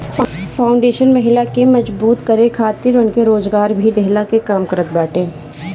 foundation महिला के मजबूत करे खातिर उनके रोजगार भी देहला कअ काम करत बाटे